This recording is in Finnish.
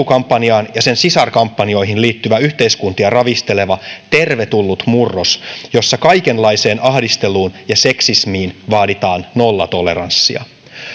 kampanjaan ja sen sisarkampanjoihin liittyvä yhteiskuntia ravisteleva tervetullut murros jossa kaikenlaiseen ahdisteluun ja seksismiin vaaditaan nollatoleranssia